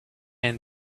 and